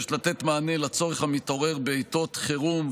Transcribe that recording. שמבקשת לתת מענה לצורך המתעורר בעיתות חירום,